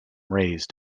raised